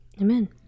Amen